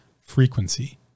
frequency